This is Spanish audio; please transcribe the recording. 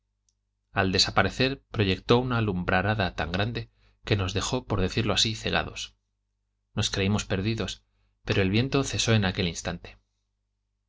al desaparecer proyectó una lumbrarada tan grande que nos dejó por decirlo así cegados nos creímos perdidos pero el viento cesó en aquel instante